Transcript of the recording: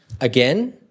Again